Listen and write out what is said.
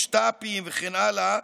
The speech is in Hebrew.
משת"פים וכן הלאה